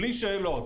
בלי שאלות.